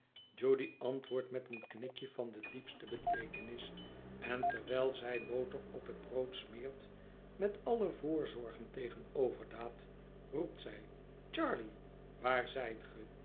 judy antwoordt met een knikje van de diepste beteekenis en terwijl zij boter op het brood smeert met alle voorzorgen tegen overdaad roept zij charley waar zijt